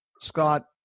Scott